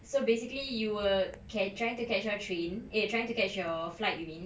so basically you were ca~ trying to catch your train err trying to catch your flight you mean